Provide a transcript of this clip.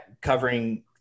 covering